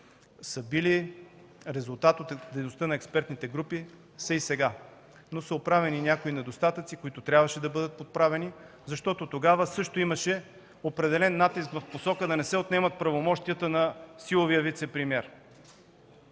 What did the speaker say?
са били резултат от дейността на експертните групи, са и сега, но са оправени някои недостатъци, които трябваше да бъдат поправени. Тогава имаше определен натиск в посока да не се отнемат правомощията на силовия вицепремиер.